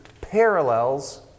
parallels